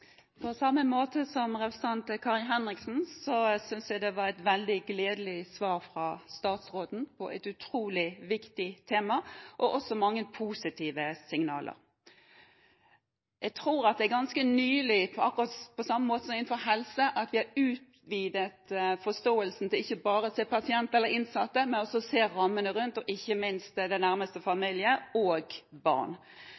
På samme måte som representant Kari Henriksen syntes jeg det var et veldig gledelig svar fra statsråden på et utrolig viktig tema, og også mange positive signaler. Jeg tror vi ganske nylig – på samme måte som innenfor helse – har utvidet forståelsen til ikke bare å se pasienter eller innsatte, men også å se rammene rundt og ikke minst den nærmeste familie og barn. Så jeg tror at det